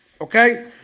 Okay